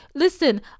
Listen